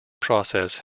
process